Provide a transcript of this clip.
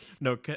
No